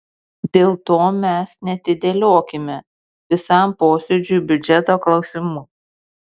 dėl to mes neatidėliokime visam posėdžiui biudžeto klausimų